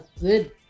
good